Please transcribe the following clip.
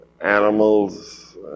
animals